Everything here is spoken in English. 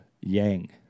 Yang